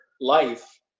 life